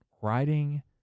Writing